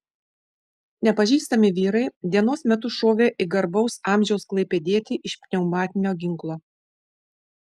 nepažįstami vyrai dienos metu šovė į garbaus amžiaus klaipėdietį iš pneumatinio ginklo